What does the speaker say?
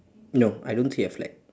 no I don't see a flag